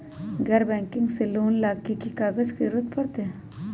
गैर बैंकिंग से लोन ला की की कागज के जरूरत पड़तै?